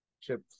Chip